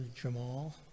Jamal